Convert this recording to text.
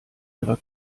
ihrer